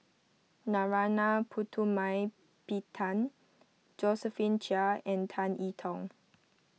Narana Putumaippittan Josephine Chia and Tan I Tong